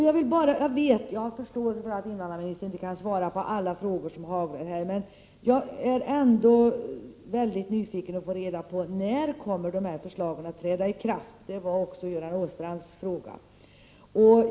Jag har förståelse för att invandrarministern inte kan svara på alla frågor som haglar, men jag är ändå mycket nyfiken på att få reda på när förslaget kommer att träda i kraft. Det var också Göran Åstrands fråga.